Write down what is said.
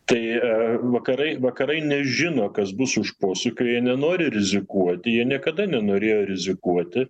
tai a vakarai vakarai nežino kas bus už posūkio jie nenori rizikuoti jie niekada nenorėjo rizikuoti